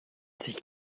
sich